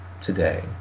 today